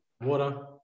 water